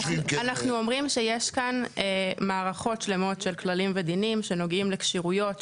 אנחנו אומרים שיש כאן מערכות שלמות של כללים ודינים שנוגעים לכשירויות,